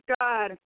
God